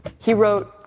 he wrote,